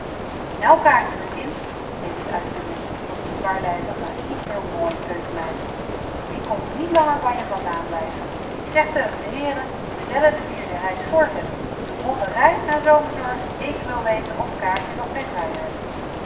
nou kaatje me kind heet het uit zijn mond tot een zwaarlijvige niet heel mooie keukenmeid ik kon niet langer van je van daan blijven ik zeg teugen de heeren me zellen de vier der reis voorzetten me motten reis na zomerzorg ik wil weten of kaatje nog geen vrijer